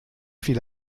viele